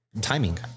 timing